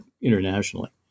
internationally